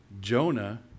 Jonah